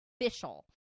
official